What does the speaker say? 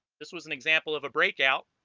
this was an example of a breakout